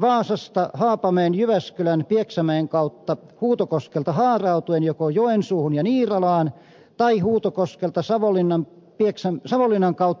vaasasta haapamäen jyväskylän pieksämäen kautta huutokoskelta haarautuen joko joensuuhun ja niiralaan tai savonlinnan kautta parikkalaan